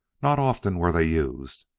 not often were they used,